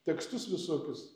tekstus visokius